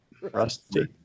Rusty